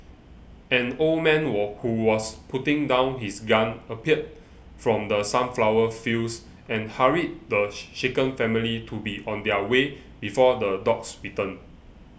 an old man wall who was putting down his gun appeared from the sunflower fields and hurried the shaken family to be on their way before the dogs return